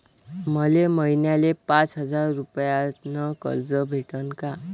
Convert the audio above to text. मले महिन्याले पाच हजार रुपयानं कर्ज भेटन का?